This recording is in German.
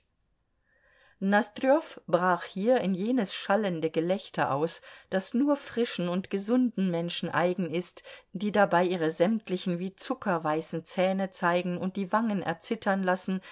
nosdrjow brach hier in jenes schallende gelächter aus das nur frischen und gesunden menschen eigen ist die dabei ihre sämtlichen wie zucker weißen zähne zeigen und die wangen erzittern lassen